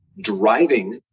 driving